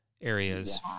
areas